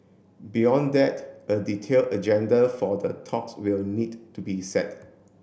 beyond that a detailed agenda for the talks will need to be set